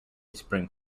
spring